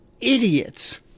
idiots